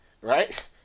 right